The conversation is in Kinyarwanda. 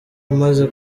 umaze